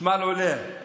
החשמל עולה,